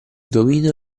dominio